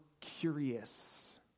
curious